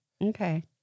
Okay